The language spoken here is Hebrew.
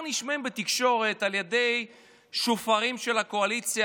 נשמעות בתקשורת על ידי שופרות של הקואליציה,